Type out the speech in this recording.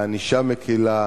לענישה מקלה,